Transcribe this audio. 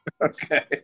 Okay